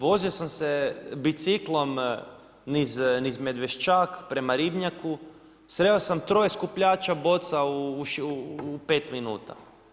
Vozio sam se biciklom niz Medveščak prema Ribnjaku, sreo sam troje skupljača boca u pet minuta.